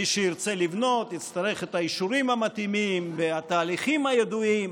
מי שירצה לבנות יצטרך את האישורים המתאימים והתהליכים הידועים,